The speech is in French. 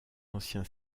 ancien